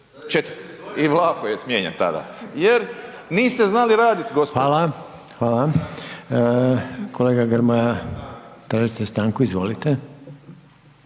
četiri i Vlaho je smijenjen tada jer niste znali raditi gospodo. **Reiner, Željko (HDZ)** Hvala. Kolega Grmoja tražite stanku, izvolite.